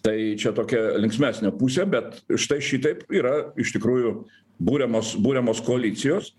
tai čia tokia linksmesnė pusė bet štai šitaip yra iš tikrųjų buriamos buriamos koalicijos